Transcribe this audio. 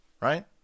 right